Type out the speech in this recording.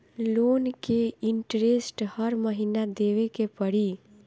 Loan के interest हर महीना देवे के पड़ी?